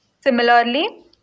Similarly